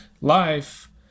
life